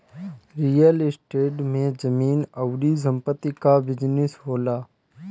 real estate में जमीन अउरी संपत्ति कअ बिजनेस होला